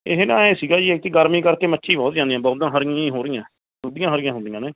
ਇਹ ਨਾ ਐਂ ਸੀਗਾ ਜੀ ਐਤਕੀ ਗਰਮੀ ਕਰਕੇ ਮੱਚੀ ਬਹੁਤ ਜਾਂਦੇ ਆ ਹਰੀਆਂ ਹੀ ਹੋ ਰਹੀਆਂ ਅੱਧੀਆਂ ਹਰੀਆਂ ਹੁੰਦੀਆਂ ਨੇ